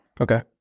Okay